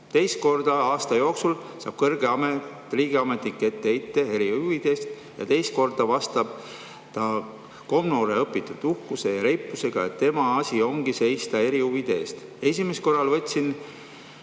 "Teist korda aasta jooksul saab kõrge riigiametnik etteheite erahuvidest ja teist korda vastab ta komnoore õpitud uhkuse ja reipusega, et tema asi ongi seista erahuvide eest. Esimesel korral võtsin